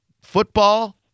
football